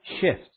shift